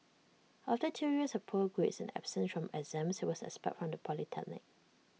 after two years of poor grades and absence from exams he was expelled from the polytechnic